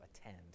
attend